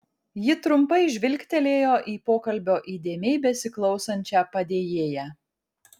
ji trumpai žvilgtelėjo į pokalbio įdėmiai besiklausančią padėjėją